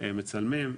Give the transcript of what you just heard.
מצלמים,